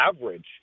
average